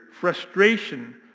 frustration